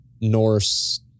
Norse